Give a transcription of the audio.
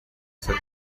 ser